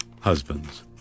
Husbands